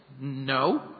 No